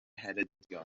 ngheredigion